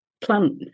plant